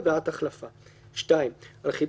לא נורא